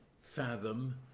fathom